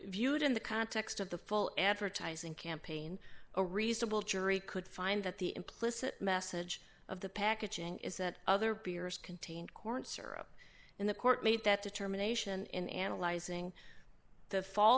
viewed in the context of the full advertising campaign a reasonable jury could find that the implicit message of the packaging is that other beers contain corn syrup and the court made that determination in analyzing the fal